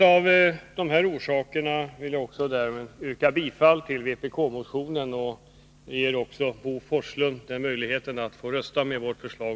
Av dessa orsaker vill jag yrka bifall till vkp-motionen och ger därmed Bo Forslund möjligheten att rösta med vårt förslag.